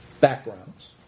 backgrounds